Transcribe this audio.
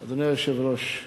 אדוני היושב-ראש,